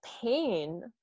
pain